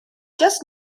just